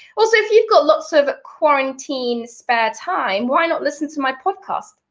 also if you've got lots of quarantine spare time, why not listen to my podcast,